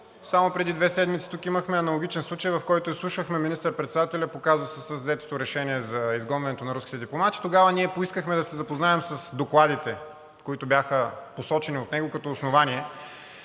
Само преди две седмици тук имахме аналогичен случай, в който изслушвахме министър-председателя по казуса със взетото решение за изгонването на руските дипломати. Тогава ние поискахме да се запознаем с докладите, които бяха посочени от него като основание